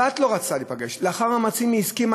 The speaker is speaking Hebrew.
הבת לא רצתה להיפגש ולאחר מאמצים היא הסכימה,